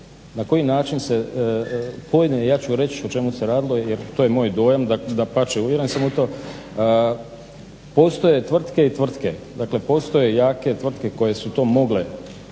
na koji način pojedine, ja ću reć o čemu se radilo jer to je moj dojam, dapače uvjeren sam u to. Postoje tvrtke i tvrtke, dakle postoje jake tvrtke koje su to mogle